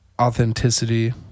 authenticity